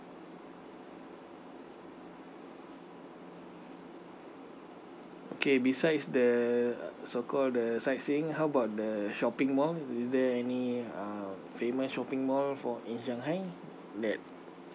okay besides the so called the sightseeing how about the shopping mall is there any uh famous shopping mall for in shanghai that